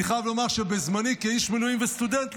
אני חייב לומר שבזמני כאיש מילואים וסטודנט,